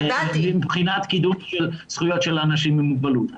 מבחינת קידום זכויות של אנשים עם מוגבלות.